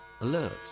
alert